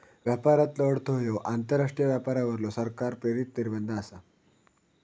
व्यापारातलो अडथळो ह्यो आंतरराष्ट्रीय व्यापारावरलो सरकार प्रेरित निर्बंध आसा